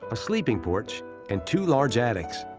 a sleeping porch and two large attics.